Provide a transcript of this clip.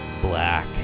black